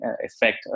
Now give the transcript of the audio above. effect